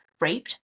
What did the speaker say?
raped